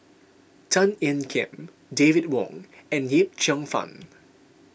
Tan Ean Kiam David Wong and Yip Cheong Fun